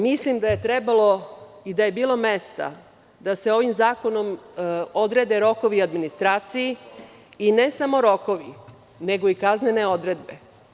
Mislim da je trebalo i da je bilo mesta da se ovim zakonom odrede rokovi administraciji, i ne samo rokovi nego i kaznene odredbe.